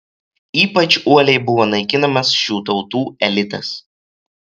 ypač uoliai buvo naikinamas šių tautų elitas